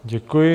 Děkuji.